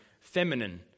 feminine